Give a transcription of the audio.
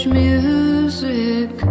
music